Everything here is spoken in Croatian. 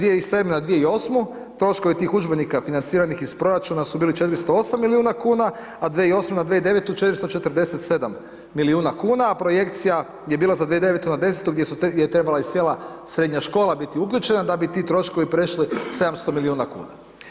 2007.-2008. troškovi tih udžbenika financiranih iz proračuna su bili 408 milijuna kuna, a 2008.-2009. 447 milijuna kuna, a projekcija je bila za 2009.-2010. gdje je trebala i cijela srednja škola biti uključena da bi ti troškovi prešli 700 milijuna kuna.